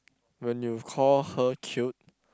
when you call her cute